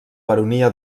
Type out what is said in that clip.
baronia